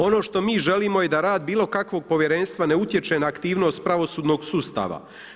Ono što mi želimo je da rad bilo kakvog povjerenstva ne utječe na aktivnost pravosudnog sustava.